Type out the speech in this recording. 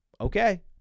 okay